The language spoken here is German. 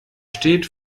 steht